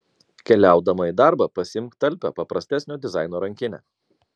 keliaudama į darbą pasiimk talpią paprastesnio dizaino rankinę